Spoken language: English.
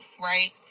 right